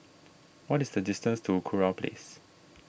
what is the distance to Kurau Place